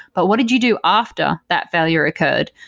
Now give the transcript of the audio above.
but what did you do after that failure occurred?